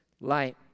light